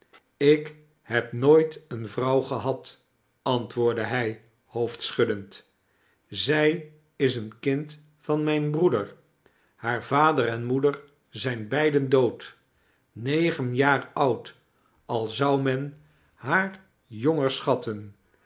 ik heb nooit eene vrouw gehad antwoordde hij hoofdschuddend zij is een kind van mijn broeder haar vader en moeder zijn beiden dood negen jaar oud al zou men haar charles dickens t jonger schatten